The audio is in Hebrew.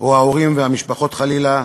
או ההורים והמשפחות, חלילה,